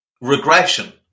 regression